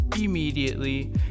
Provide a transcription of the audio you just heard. immediately